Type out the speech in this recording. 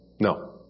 no